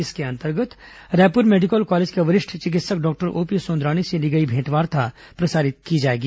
इसके अंतर्गत Raipur medical college के वरिष्ठ चिकित्सक डॉक्टर ओपी सुंदरानी से ली गई भेंटवार्ता प्रसारित किया जाएगा